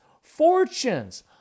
fortunes